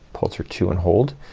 pull through two and hold.